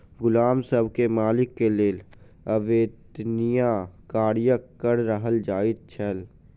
गुलाम सब के मालिक के लेल अवेत्निया कार्यक कर कहल जाइ छल